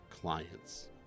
clients